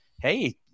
hey